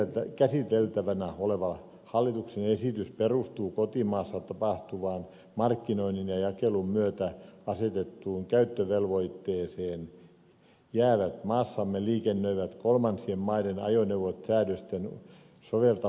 koska käsiteltävänä oleva hallituksen esitys perustuu kotimaassa tapahtuvaan markkinoinnin ja jakelun myötä asetettuun käyttövelvoitteeseen jäävät maassamme liikennöivät kolmansien maiden ajoneuvot säädösten soveltamispiirin ulkopuolelle